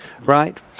right